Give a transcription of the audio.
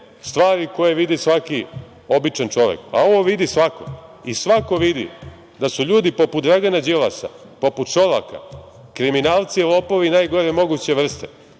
stvari koje vidi svaki običan čovek. Ovo vidi svako, i svako vidi da su ljudi poput Dragana Đilasa, poput Šolaka, kriminalci i lopovi najgore moguće vrste,